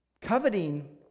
Coveting